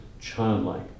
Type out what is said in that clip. childlike